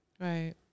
Right